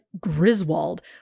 Griswold